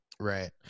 Right